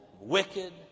wicked